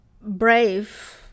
brave